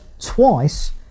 twice